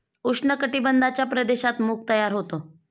उष्ण कटिबंधाच्या प्रदेशात मूग तयार होते